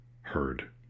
heard